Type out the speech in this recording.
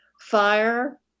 fire